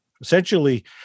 essentially